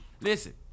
Listen